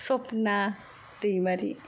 Sapna Daimary